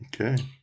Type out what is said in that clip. Okay